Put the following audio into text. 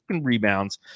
rebounds